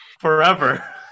forever